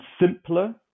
simpler